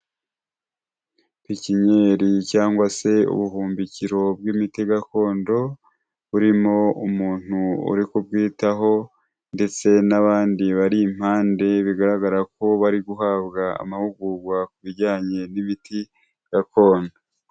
Pipinyeri cyangwa se ubuhumbikiro bw'imiti gakondo, burimo umuntu uri kubwitaho ndetse n'abandi bari impande, bigaragara ko bari guhabwa amahugurwa ku bijyanye n'imiti gakondo.